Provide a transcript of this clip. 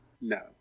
No